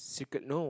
secret no